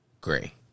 gray